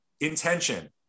Intention